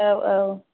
औ औ